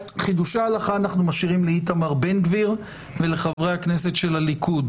את חידושי ההלכה אנחנו משאירים לאיתמר בן גביר ולחברי הכנסת של הליכוד,